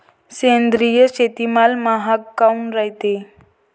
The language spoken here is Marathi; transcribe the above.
सेंद्रिय शेतीमाल महाग काऊन रायते?